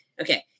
Okay